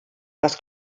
das